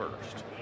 first